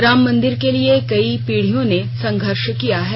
रामंमदिर के लिये कई पीड़ियों ने संघर्ष किया है